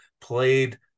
played